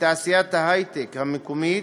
בתעשיית ההייטק המקומית,